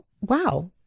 wow